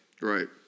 Right